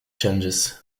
changes